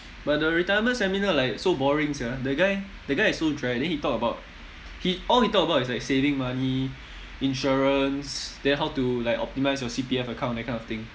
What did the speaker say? but the retirement seminar like so boring sia the guy the guy is so dry then he talk about he all he talk about is like saving money insurance then how to like optimise your C_P_F account that kind of thing